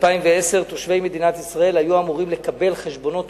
2010 תושבי מדינת ישראל היו אמורים לקבל חשבונות